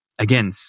again